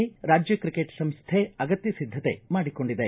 ರಾಜ್ಯ ಕ್ರಿಕೆಟ್ ಸಂಸ್ಥೆ ಅಗತ್ಯ ಸಿದ್ಧತೆ ಮಾಡಿಕೊಂಡಿದೆ